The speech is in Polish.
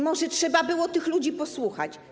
Może trzeba było tych ludzi posłuchać.